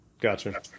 Gotcha